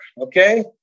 Okay